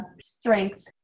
strength